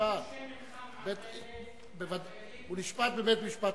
שזרקו שמן חם על חיילים --- אבל הוא נשפט על-ידי בית-משפט?